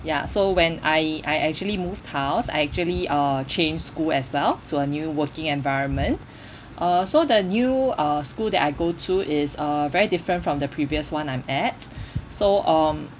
ya so when I I actually moved house I actually uh change school as well to a new working environment uh so the new uh school that I go to is uh very different from the previous one I'm at so um